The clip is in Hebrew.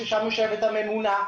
שבו יושבת הממונה,